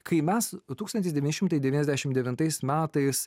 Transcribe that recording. kai mes tūkstantis devyni šimtai devyniasdešim devintais metais